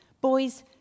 boys